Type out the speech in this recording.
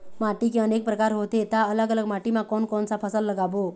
माटी के अनेक प्रकार होथे ता अलग अलग माटी मा कोन कौन सा फसल लगाबो?